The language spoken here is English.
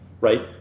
right